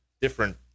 different